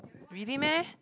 really meh